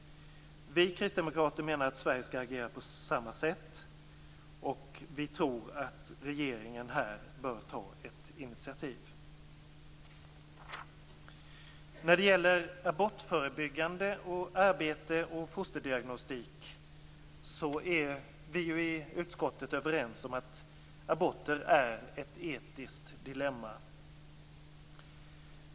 Vi kristdemokrater menar att Sverige skall agera på samma sätt. Vi tror att regeringen här bör ta ett initiativ. När det gäller abortförebyggande arbete och fosterdiagnostik är vi i utskottet överens om att aborter är ett etiskt dilemma.